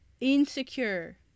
insecure